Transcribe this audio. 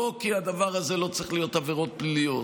לא כי הדבר הזה לא צריך להיות עבירות פליליות,